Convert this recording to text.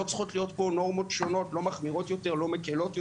לא צריכות להיות פה נורמות שונות לא מחמירות יותר ולא מקלות יותר.